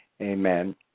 Amen